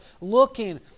looking